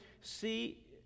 see